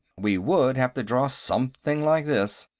we would have to draw something like this!